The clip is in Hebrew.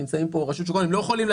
נמצאים פה רשות שוק ההון,